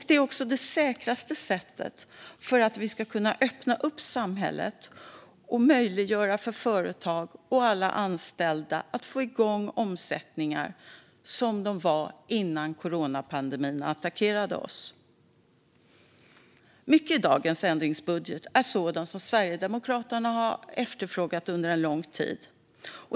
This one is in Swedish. Det är också det säkraste sättet att se till att vi kan öppna upp samhället och göra det möjligt för företag och alla anställda att få igång omsättningar på samma nivå som innan coronapandemin attackerade oss. Mycket i denna ändringsbudget är sådant som Sverigedemokraterna har efterfrågat under lång tid.